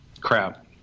Crap